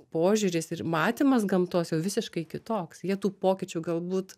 požiūris ir matymas gamtos jau visiškai kitoks jie tų pokyčių galbūt